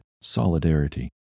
solidarity